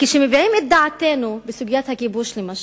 כשאנחנו מביעים את דעתנו בסוגיית הכיבוש, למשל,